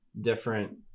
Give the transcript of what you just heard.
different